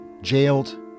jailed